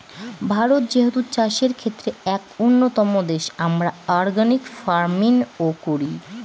ভারত যেহেতু চাষের ক্ষেত্রে এক উন্নতম দেশ, আমরা অর্গানিক ফার্মিং ও করি